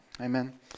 Amen